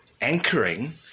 anchoring